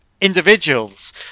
individuals